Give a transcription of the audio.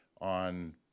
on